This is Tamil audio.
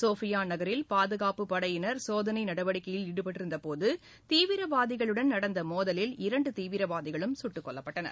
சோபியான் நகரில் பாதுகாப்புப் படையினர் சோதனை நடவடிக்கையில் ஈடுபட்டிருந்தபோது தீவிரவாதிகளுடன் நடந்த மோதலில் இரண்டு தீவிரவாதிகளும் சுட்டுக் கொல்லப்பட்டனர்